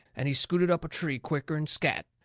and he scooted up a tree quicker'n scatt.